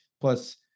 plus